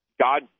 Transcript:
God